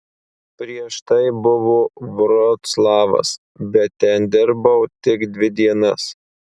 prieš tai buvo vroclavas bet ten dirbau tik dvi dienas